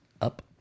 up